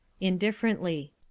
Indifferently